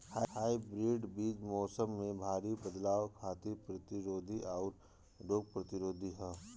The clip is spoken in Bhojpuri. हाइब्रिड बीज मौसम में भारी बदलाव खातिर प्रतिरोधी आउर रोग प्रतिरोधी ह